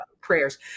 prayers